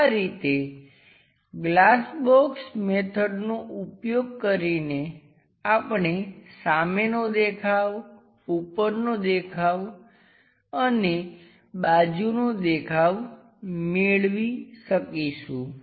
આ રીતે glass box મેથડનો ઉપયોગ કરીને આપણે સામેનો દેખાવ ઉપરનો દેખાવ અને બાજુનો દેખાવ મેળવી શકીશું